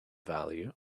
value